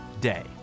day